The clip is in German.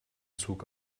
zug